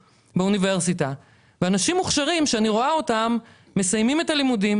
באוניברסיטה ואנשים מוכשרים שאני רואה אותם מסיימים את הלימודים